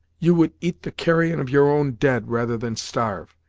you would eat the carrion of your own dead, rather than starve.